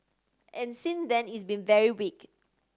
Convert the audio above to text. and since then it's been very weak